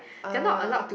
uh